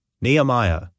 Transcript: Nehemiah